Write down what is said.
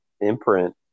imprint